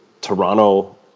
Toronto